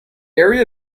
area